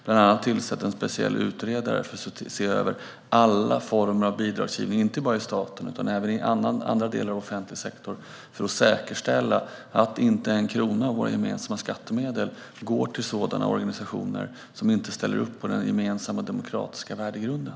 Bland annat har hon tillsatt en speciell utredare för att se över alla former av bidragsgivning, inte bara inom staten utan även andra delar av den offentliga sektorn, för att säkerställa att inte en krona av våra gemensamma skattemedel går till organisationer som inte ställer upp på den gemensamma demokratiska värdegrunden.